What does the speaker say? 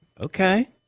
Okay